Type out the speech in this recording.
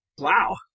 Wow